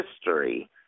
history